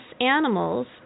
animals